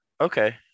Okay